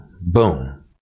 Boom